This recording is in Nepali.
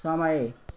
समय